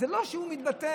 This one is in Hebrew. זה לא שהוא מתבטל,